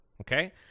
Okay